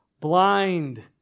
blind